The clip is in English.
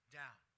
down